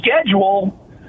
schedule